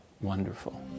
wonderful